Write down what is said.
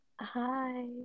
hi